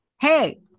hey